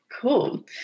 Cool